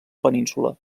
península